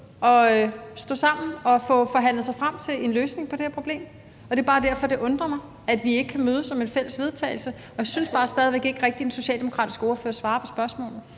at stå sammen og få forhandlet sig frem til en løsning på det her problem. Det er bare derfor, det undrer mig, at vi ikke kan mødes om en fælles vedtagelse. Og jeg synes bare stadig væk ikke rigtig, at den socialdemokratiske ordfører svarer på spørgsmålet.